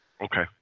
Okay